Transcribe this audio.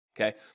Okay